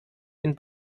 den